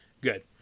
good